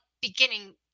beginning